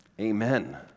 amen